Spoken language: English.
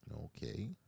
Okay